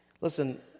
Listen